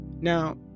Now